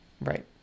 Right